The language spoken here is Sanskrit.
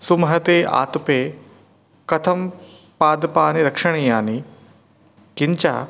सुमहते आतपे कथं पादपानि रक्षणीयानि किञ्च